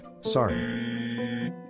sorry